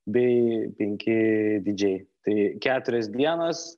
bei penki didžėjai tai keturios dienos